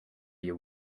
you